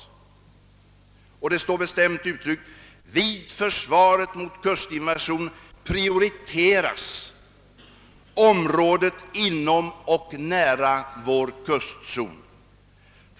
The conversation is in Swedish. I direktiven står bestämt angivet: » Vid försvaret mot kustinvasion prioriteras området inom och nära vår kustzon.